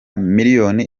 miliyoni